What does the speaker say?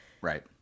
Right